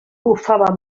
bufava